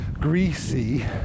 greasy